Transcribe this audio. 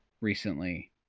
recently